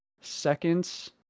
seconds